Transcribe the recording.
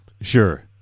Sure